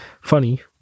funny